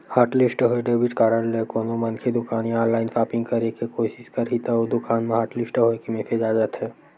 hotlist होए debit card ले कोनो मनखे दुकान या ऑनलाईन सॉपिंग करे के कोसिस करही त ओ दुकान म हॉटलिस्ट होए के मेसेज आ जाथे